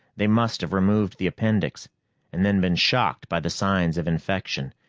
they must have removed the appendix and then been shocked by the signs of infection.